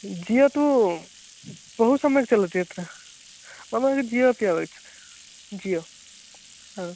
जियो तु बहु सम्यक् चलति अत्र मम अ जियो अपि आगच्छति जियो अ